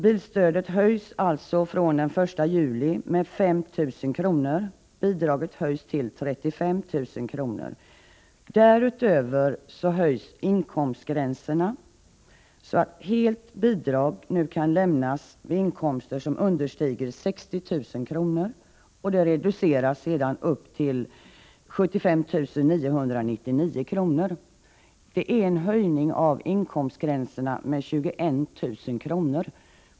Bidraget höjs alltså fr.o.m. den 1 juli med 5 000 kr. till 35 000 kr. Vidare höjs inkomstgränserna så att helt bidrag nu kan utgå vid inkomster upp till 60 000 kr. per år. Reducerat bidrag utgår vid inkomster mellan 60 000 kr. och 75 999 kr. Det är en höjning av inkomstgränserna med 21 000 kr.